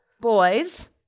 Boys